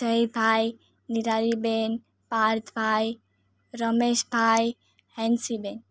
જય ભાઈ નિરાલી બેન પાર્થ ભાઈ રમેશ ભાઈ હેંસી બેન